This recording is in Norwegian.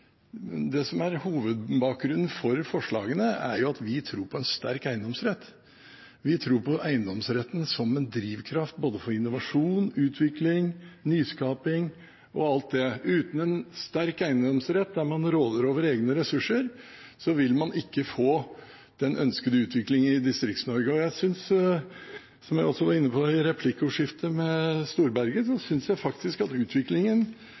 Men det som er hovedbakgrunnen bak forslagene, er at vi tror på en sterk eiendomsrett. Vi tror på eiendomsretten som en drivkraft for både innovasjon, utvikling, nyskaping og alt det. Uten en sterk eiendomsrett, der man råder over egne ressurser, vil man ikke få den ønskede utvikling i Distrikts-Norge. Som jeg også var inne på i replikkordskiftet med Storberget, synes jeg faktisk at utviklingen